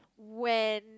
when